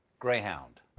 greyhound.